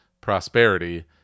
prosperity